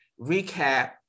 recap